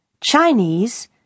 Chinese